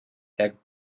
herr